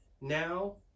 now